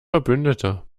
verbündete